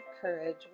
Courage